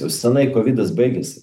jau senai kovidas baigėsi